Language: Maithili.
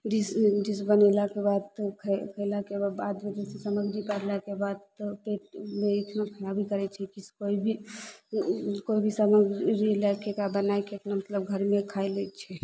डिश डिश बनेलाके बाद खाय खयलाके बाद सामग्री पड़लाके बाद तऽ पेट पेटमे खराबी करय छै कि से कोइ भी कोइ भी सामग्री लएके एकरा बनाइके अपना मतलब घरमे खाइ लै छै